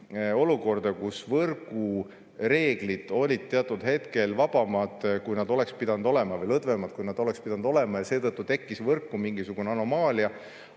olukorda, kus võrgureeglid olid teatud hetkel vabamad, kui nad oleksid pidanud olema, või lõdvemad, kui nad oleksid pidanud olema, ja seetõttu tekkis võrku mingisugune anomaalia.